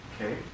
Okay